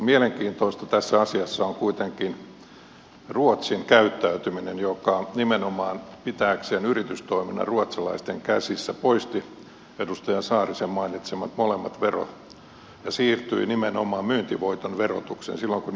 mielenkiintoista tässä asiassa on kuitenkin ruotsin käyttäytyminen kun se nimenomaan pitääkseen yritystoiminnan ruotsalaisten käsissä poisti edustaja saarisen mainitsemat molemmat verot ja siirtyi nimenomaan myyntivoiton verotukseen silloin kun yhtiö myydään